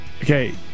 Okay